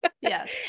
Yes